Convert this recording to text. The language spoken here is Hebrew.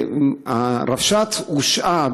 הרבש"ץ הושעה,